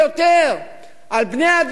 הוא לוקח את זה אתו לכל מקום,